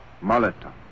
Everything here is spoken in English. Molotov